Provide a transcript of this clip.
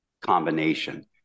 combination